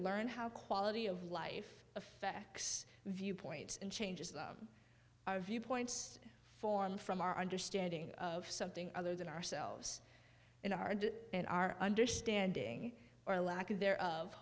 learn how quality of life effects viewpoints and changes our viewpoints formed from our understanding of something other than ourselves in our and in our understanding or lack of there of